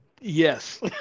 Yes